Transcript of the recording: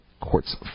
Courts